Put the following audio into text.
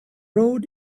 road